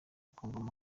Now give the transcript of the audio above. kigomba